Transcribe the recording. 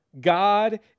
God